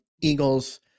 eagles